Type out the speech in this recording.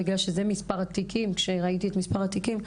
בגלל שראיתי את מספר התיקים,